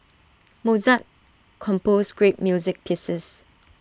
Mozart composed great music pieces